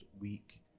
week